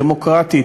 דמוקרטית,